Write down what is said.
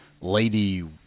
lady